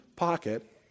Pocket